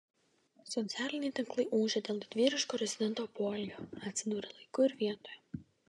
socialiniai tinklai ūžia dėl didvyriško rezidento poelgio atsidūrė laiku ir vietoje